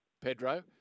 Pedro